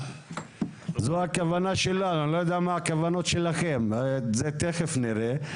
אני לא יודע מה הכוונות של משרד הפנים אבל תכף נראה.